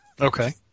Okay